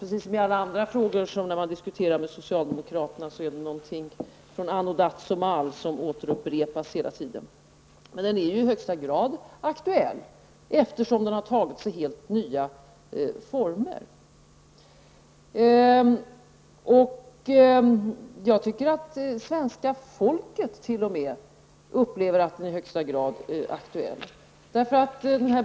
Precis som i alla andra frågor man diskuterar med socialdemokraterna är det något från anno dazumal som återupprepas hela tiden. Men kollektivanslutningen är i högsta grad aktuell, eftersom den har tagit sig helt nya former. Svenska folket upplever t.o.m. att den i högsta grad är aktuell.